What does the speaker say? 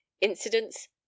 Incidents